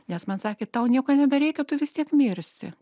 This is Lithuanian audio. nes man sakė tau nieko nebereikia tu vis tiek mirsi